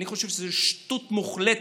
אני חושב שזאת שטות מוחלטת,